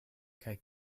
kaj